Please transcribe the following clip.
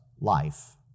life